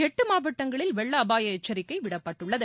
எட்டு மாவட்டங்களில் வெள்ள அபாய எச்சரிக்கை விடப்பட்டுள்ளது